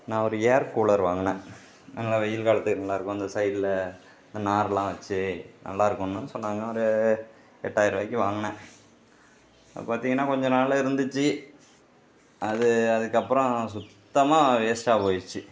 நான் ஒரு air cooler வாங்கினேன் நல்லா வெயில் காலத்துக்கு நல்லாயிருக்கும் இந்த சைடில் இந்த நாரெலாம் வச்சு நல்லா இருக்குதுன்னு சொன்னாங்க ஒரு எட்டாயிரம் ரூபாக்கி வாங்கினேன் பார்த்திங்கன்னா கொஞ்ச நாள் இருந்துச்சு அது அதுக்கு அப்புறம் சுத்தமாக வேஸ்ட்டாக போயிடுச்சு